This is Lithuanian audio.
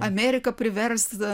amerik privers